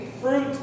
fruit